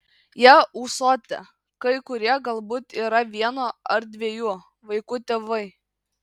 jie ūsuoti kai kurie galbūt yra vieno ar dviejų vaikų tėvai